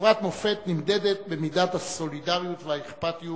חברת מופת נמדדת במידת הסולידריות והאכפתיות